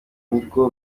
nirwo